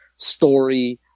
story